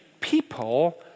people